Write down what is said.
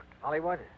Hollywood